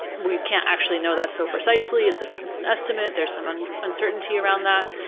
we can't actually know that so precisely, it's ah it's an estimate, there's some uncertainty around that.